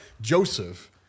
Joseph